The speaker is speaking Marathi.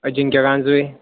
अजिंक्य गांजवे